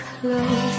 close